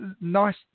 Nice